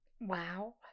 Wow